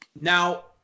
now